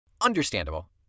Understandable